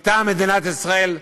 מטעם מדינת ישראל,